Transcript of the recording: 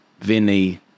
Vinny